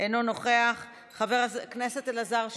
אינו נוכח, חבר הכנסת אלעזר שטרן,